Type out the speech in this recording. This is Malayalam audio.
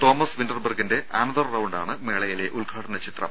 തോമസ് വിന്റർബർഗിന്റെ അനദർ റൌണ്ട് ആണ് മേളയിലെ ഉദ്ഘാടന ചിത്രം